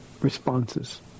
responses